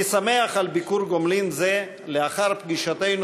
אני שמח על ביקור גומלין זה לאחר פגישתנו